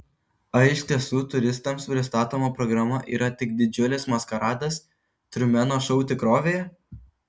ar iš tiesų turistams pristatoma programa yra tik didžiulis maskaradas trumeno šou tikrovėje